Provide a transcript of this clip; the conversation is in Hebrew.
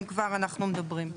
אם כר אנחנו מדברים.